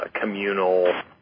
communal